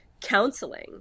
counseling